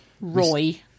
Roy